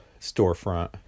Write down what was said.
storefront